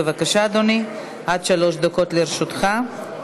בבקשה, אדוני, עד שלוש דקות לרשותך.